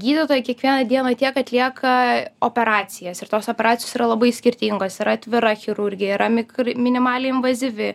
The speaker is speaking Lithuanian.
gydytojai kiekvieną dieną tiek atlieka operacijas ir tos operacijos yra labai skirtingos yra atvira chirurgija yra mikr minimaliai invazyvi